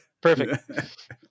Perfect